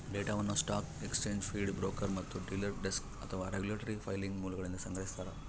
ಡೇಟಾವನ್ನು stock exchange feed broker ಮತ್ತು dealer desk ಅಥವಾ ರೆಗ್ಯುಲೇಟರಿ ಫೈಲಿಂಗ್ ಮೂಲಗಳಿಂದ ಸಂಗ್ರಹಿಸ್ತಾರ